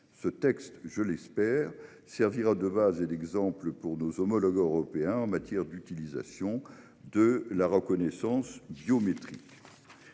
Ce texte, je l'espère, servira de base et d'exemple pour nos homologues européens en matière d'utilisation de la reconnaissance biométrique.